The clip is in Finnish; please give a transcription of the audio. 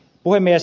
puhemies